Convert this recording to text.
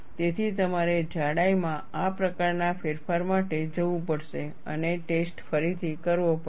તેથી તમારે જાડાઈ માં આ પ્રકારના ફેરફાર માટે જવું પડશે અને ટેસ્ટ ફરીથી કરવું પડશે